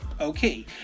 Okay